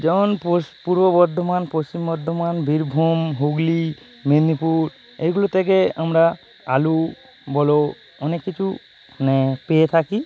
যেমন পোশ পূর্ব বর্ধমান পশ্চিম বর্ধমান বীরভূম হুগলি মেদিনীপুর এইগুলো থেকে আমরা আলু বলো অনেক কিছু মানে পেয়ে থাকি